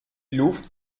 luft